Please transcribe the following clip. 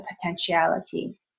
potentiality